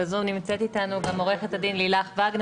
בזום נמצאת איתנו עורכת הדין לילך וגנר